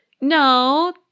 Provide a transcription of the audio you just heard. No